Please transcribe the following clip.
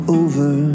over